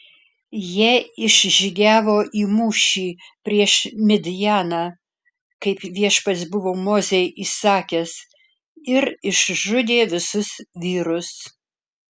jie išžygiavo į mūšį prieš midjaną kaip viešpats buvo mozei įsakęs ir išžudė visus vyrus